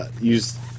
use